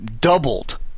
doubled